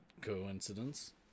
coincidence